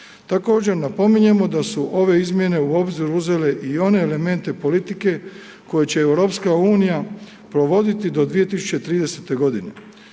Također napominjemo da su ove izmjene u obzir uzele i one elemente politike koje će EU provoditi do 2030. g.